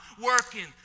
working